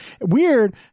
weird